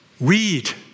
Read